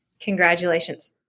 Congratulations